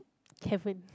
heaven